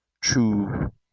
true